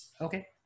Okay